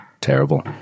terrible